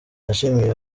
yashimiye